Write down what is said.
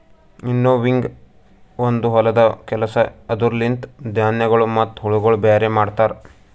winnowing ಒಂದು ಹೊಲದ ಕೆಲಸ ಅದುರ ಲಿಂತ ಧಾನ್ಯಗಳು ಮತ್ತ ಹುಳಗೊಳ ಬ್ಯಾರೆ ಮಾಡ್ತರ